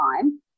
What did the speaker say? time